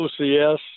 OCS